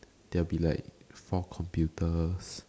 there will be like four computers